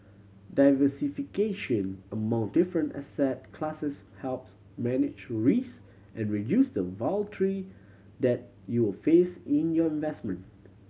diversification among different asset classes helps manage risk and reduce the that you will face in your vestment